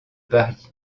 paris